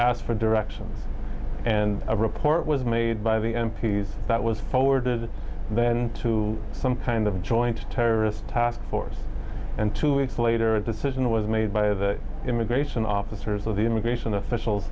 asked for directions and a report was made by the m p s that was powered then to some kind of joint terrorist task force and two weeks later a decision was made by the immigration officers of the immigration officials